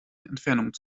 entfernung